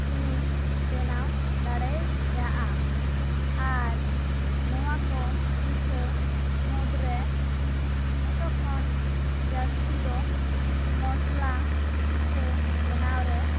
ᱤᱧᱤᱧ ᱵᱮᱱᱟᱣ ᱫᱟᱲᱮᱭᱟᱜ ᱟ ᱟᱨ ᱱᱚᱶᱟ ᱠᱚ ᱯᱤᱴᱷᱟᱹ ᱢᱩᱫᱽ ᱨᱮ ᱡᱷᱚᱛᱚ ᱠᱷᱚᱱ ᱡᱟᱹᱥᱛᱤ ᱫᱚ ᱢᱚᱥᱞᱟ ᱯᱤᱴᱷᱟᱹ ᱵᱮᱱᱟᱣ ᱨᱮ